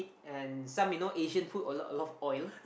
and some you know Asian food a lot a lot of oil